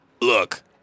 look